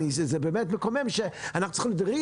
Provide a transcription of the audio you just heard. זה באמת מקומם שאנחנו צריכים את RIA